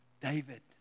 David